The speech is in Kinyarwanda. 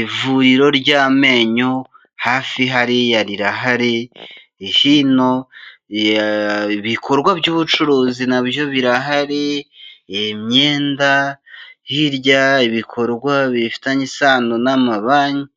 ivuriro ry'amenyo hafi hariya rirahari, hino ibikorwa by'ubucuruzi na byo birahari, imyenda, hirya ibikorwa bifitanye isano n'amabanki.